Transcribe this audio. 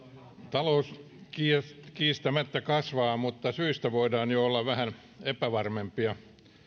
talous kiistämättä kasvaa mutta syistä voidaan jo olla vähän epävarmempia